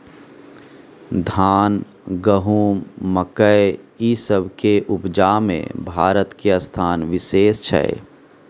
धान, गहूम, मकइ, ई सब के उपजा में भारत के स्थान विशेष छै